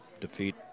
defeat